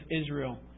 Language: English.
Israel